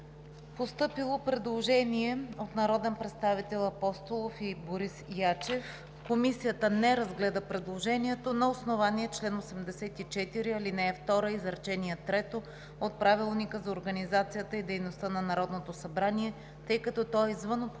Постъпило е предложение от народните представители Йордан Апостолов и Борис Ячев. Комисията не разгледа предложението на основание чл. 84, ал. 2, изречение трето от Правилника за организацията и дейността на Народното събрание, тъй като то е извън